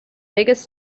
biggest